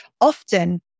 often